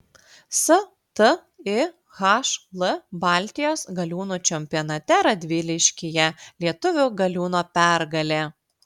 stihl baltijos galiūnų čempionate radviliškyje lietuvių galiūno pergalė